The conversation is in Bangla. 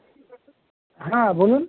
হ্যাঁ বলুন